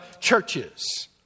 churches